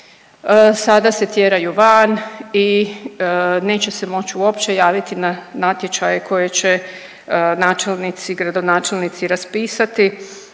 sada se tjeraju van i neće se moć uopće javiti na natječaje koje će načelnici, gradonačelnici raspisati,